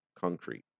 concrete